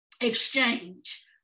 exchange